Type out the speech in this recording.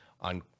on